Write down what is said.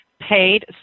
paid